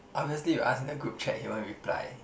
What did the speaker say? obviously you ask in the group chat he won't reply